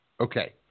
Okay